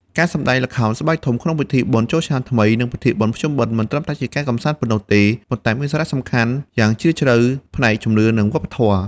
ការសម្តែងល្ខោនស្បែកធំក្នុងពិធីបុណ្យចូលឆ្នាំថ្មី និងពិធីបុណ្យភ្ជុំបិណ្ឌ មិនត្រឹមតែជាការកម្សាន្តប៉ុណ្ណោះទេ ប៉ុន្តែមានសារៈសំខាន់យ៉ាងជ្រាលជ្រៅផ្នែកជំនឿ និងវប្បធម៌។